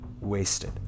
Wasted